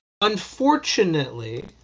Unfortunately